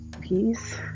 peace